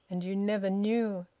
and you never knew.